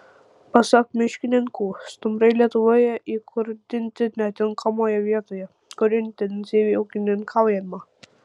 pasak miškininkų stumbrai lietuvoje įkurdinti netinkamoje vietoje kur intensyviai ūkininkaujama